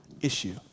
issue